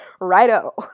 Righto